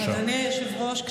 אדוני היושב-ראש,